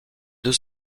deux